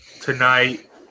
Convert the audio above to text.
tonight